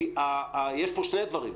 יש פה שני דברים,